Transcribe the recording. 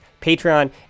Patreon